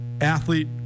athlete